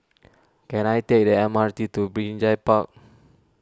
can I take the M R T to Binjai Park